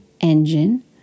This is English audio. engine